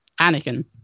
Anakin